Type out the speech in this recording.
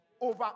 over